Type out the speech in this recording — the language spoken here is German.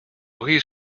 ries